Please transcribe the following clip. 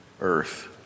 earth